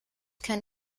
kann